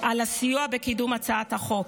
על הסיוע בקידום הצעת החוק.